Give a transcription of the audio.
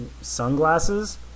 sunglasses